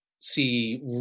see